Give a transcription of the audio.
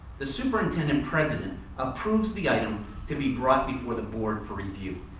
the superintendent president approves the item to be brought before the board for review.